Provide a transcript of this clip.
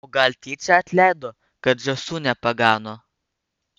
o gal tyčia atleido kad žąsų nepagano